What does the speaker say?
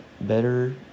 better